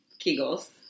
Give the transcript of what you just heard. kegels